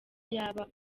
yabaye